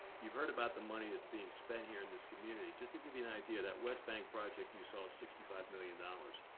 you've heard about the money that's being spent here in this community. just to and give you an idea, that west bank project you saw, sixty five million dollars.